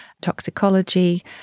toxicology